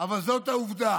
אבל זו העובדה.